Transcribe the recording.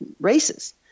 races